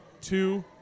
two